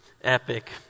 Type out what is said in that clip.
epic